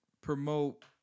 promote